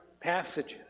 passages